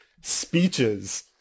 speeches